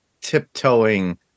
tiptoeing